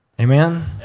Amen